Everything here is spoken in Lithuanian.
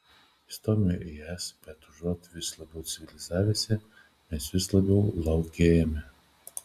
įstojome į es bet užuot vis labiau civilizavęsi mes vis labiau laukėjame